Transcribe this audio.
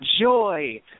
joy